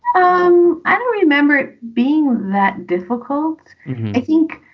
um i don't remember it being that difficult i think,